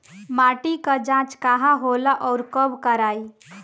माटी क जांच कहाँ होला अउर कब कराई?